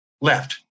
Left